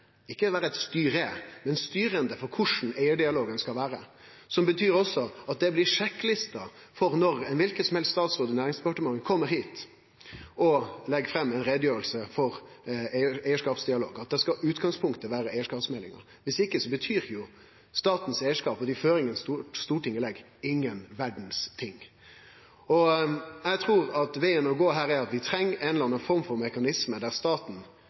ikkje vere eit styre, men styrande – for korleis eigardialogen skal vere. Det betyr også at det blir sjekklista for ein kvar statsråd i Næringsdepartementet som kjem hit og legg fram ei utgreiing om eigarskapsdialog, at da skal utgangspunktet vere eigarskapsmeldinga. Om ikkje betyr statens eigarskap og dei føringane Stortinget legg, ingenting i det heile. Eg trur at vegen å gå her er ei eller anna form for mekanisme der staten